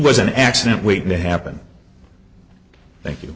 was an accident waiting to happen thank you